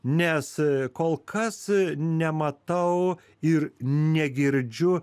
nes kol kas nematau ir negirdžiu